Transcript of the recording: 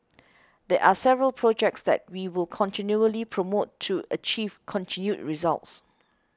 there are several projects that we will continually promote to achieve continued results